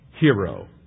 hero